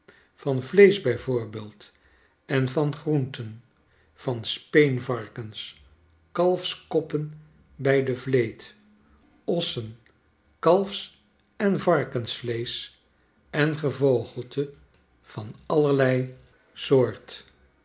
van vleesch bij voorbeeld en van groenten van speenvarkens kalfskoppen bij de vleet ossenkalfs en varkensvleesch en gevogelte van allerlei soort